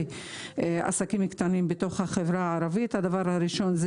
עסקים קטנים בחברה הערבית: דבר ראשון,